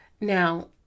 now